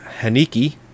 Haniki